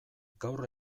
gaur